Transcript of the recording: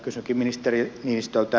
kysynkin ministeri niinistöltä